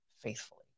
faithfully